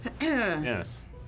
Yes